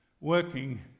working